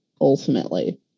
ultimately